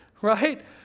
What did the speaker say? right